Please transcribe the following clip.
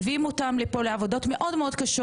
מביאים אותם לפה לעבודות מאוד קשות